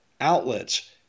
outlets